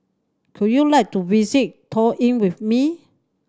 could you like to visit Tallinn with me